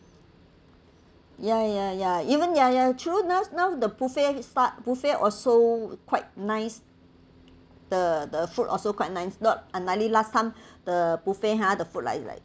ya ya ya even ya ya true now now the buffet start buffet also quite nice the the food also quite nice not unlikely last time the buffet hah the food like like